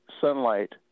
sunlight